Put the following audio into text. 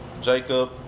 Jacob